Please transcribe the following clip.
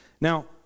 Now